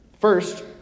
First